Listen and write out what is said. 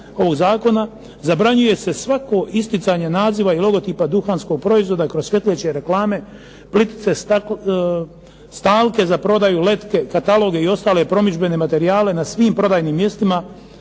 zabranjuje se svako isticanje naziva i logotipa duhanskog proizvoda kroz svjetleće reklame, plitice, stalke za prodaju, letke, kataloge i ostale promidžbene materijale na svim prodajnim mjestima